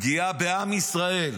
פגיעה בעם ישראל,